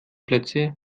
plätze